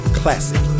classic